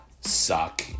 suck